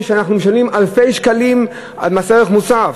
אנחנו משלמים אלפי שקלים מס ערך מוסף,